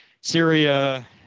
Syria